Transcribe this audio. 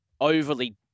overly